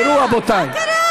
מה קרה?